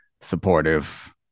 supportive